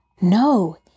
No